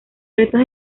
restos